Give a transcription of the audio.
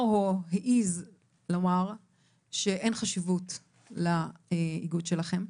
או העז לומר שאין חשיבות לאיגוד שלכם.